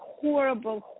horrible